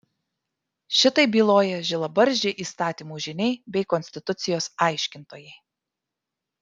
šitaip byloja žilabarzdžiai įstatymų žyniai bei konstitucijos aiškintojai